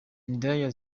indaya